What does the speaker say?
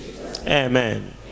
amen